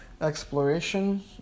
exploration